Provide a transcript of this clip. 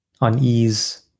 unease